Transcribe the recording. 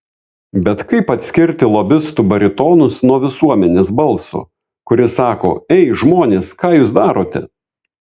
bet kaip atskirti lobistų baritonus nuo visuomenės balso kuris sako ei žmonės ką jūs darote